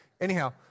Anyhow